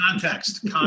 Context